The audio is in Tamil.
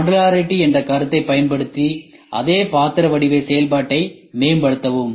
மாடுலரிட்டி என்ற கருத்தைப் பயன்படுத்தி அதே பாத்திர வடிவ செயல்பாட்டை மேம்படுத்தவும்